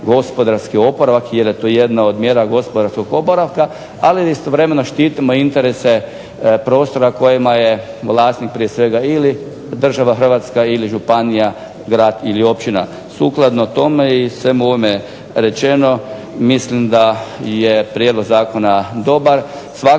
gospodarski oporavak jer je to jedna od mjera gospodarskog oporavka, ali istovremeno štitimo interese prostora kojima je vlasnik prije svega ili država Hrvatska ili županija, grad ili općina. Sukladno tome i svemu ovome rečeno mislim da je Prijedlog zakona dobar,